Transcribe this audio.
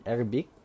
Arabic